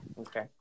Okay